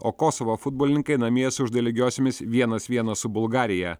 o kosovo futbolininkai namie sužaidė lygiosiomis vienas vienas su bulgarija